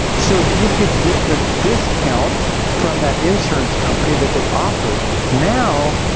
so you could get the discount from that insurance company that they offered, now,